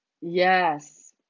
yes